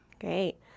Great